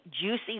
juicy